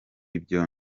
ibyo